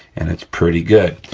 and it's pretty good.